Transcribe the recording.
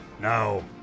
No